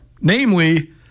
Namely